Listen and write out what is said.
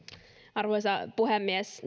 arvoisa puhemies